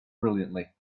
brilliantly